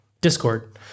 discord